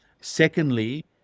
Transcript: secondly